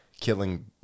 killing